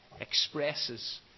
expresses